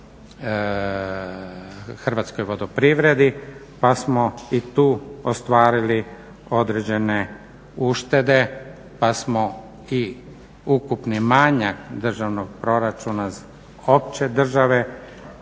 Hrvatskoj vodoprivredi pa smo i tu ostvarili određene uštede pa smo i ukupni manjak državnog proračuna opće države